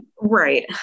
Right